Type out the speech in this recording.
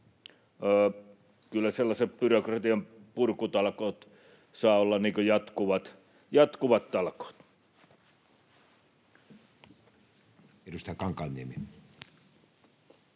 kyllä sellaiset byrokratian purkutalkoot saavat olla jatkuvat talkoot. [Speech